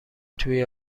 توی